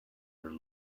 her